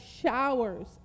showers